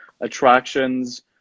attractions